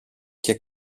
και